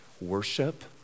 worship